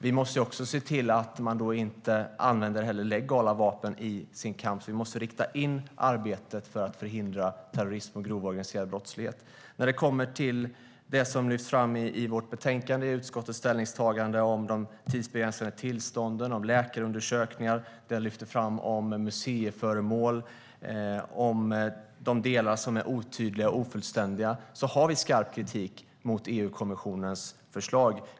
Vi måste också se till att man inte använder legala vapen i sin kamp. Vi måste inrikta arbetet på att förhindra terrorism och grov organiserad brottslighet. När det kommer till det som lyfts fram i utskottets ställningstagande i vårt betänkande om de tidsbegränsade tillstånden, läkarundersökningar, museiföremål och de delar som är otydliga och ofullständiga har vi skarp kritik mot EU-kommissionens förslag.